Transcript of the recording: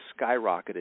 skyrocketed